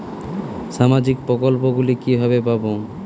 সামাজিক প্রকল্প গুলি কিভাবে পাব?